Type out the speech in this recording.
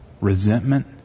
resentment